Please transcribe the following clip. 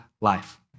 life